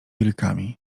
wilkami